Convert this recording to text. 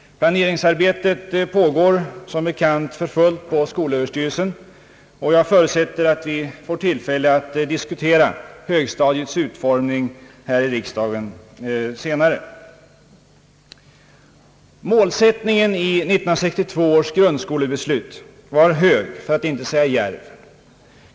Planeringsarbetet pågår som bekant för fullt på skolöverstyrelsen, och jag förutsätter att vi får tillfälle att diskutera högstadiets utformning här i riksdagen senare. Målsättningen i 1962 års grundskolebeslut var hög, för att inte säga djärv.